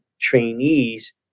trainees